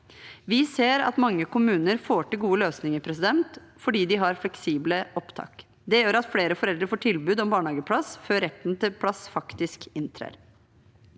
Vi ser at mange kommuner får til gode løsninger fordi de har fleksible opptak. Det gjør at flere foreldre får tilbud om barnehageplass før retten til plass faktisk inntrer.